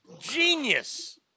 Genius